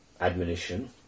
admonition